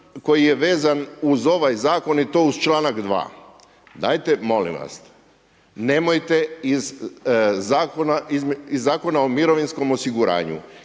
koji je vezan uz ovaj Zakon i to uz članak 2., dajte molim vas, nemojte iz Zakona o mirovinskom osiguranju,